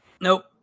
Nope